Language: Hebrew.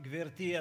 גברתי,